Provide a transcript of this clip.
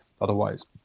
Otherwise